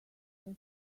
your